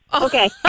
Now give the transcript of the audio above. Okay